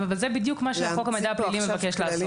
זה בדיוק מה שחוק המידע הפלילי מבקש לעשות.